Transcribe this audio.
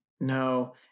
no